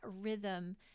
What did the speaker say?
rhythm